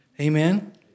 Amen